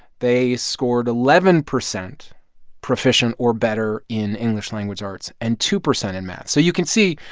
they scored eleven percent proficient or better in english language arts and two percent in math. so you can see,